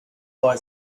boy